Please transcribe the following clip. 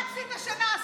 מה רצית שנעשה?